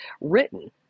written